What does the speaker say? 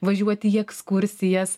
važiuoti į ekskursijas